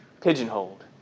pigeonholed